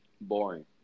boring